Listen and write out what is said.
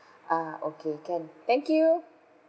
ah okay can thank you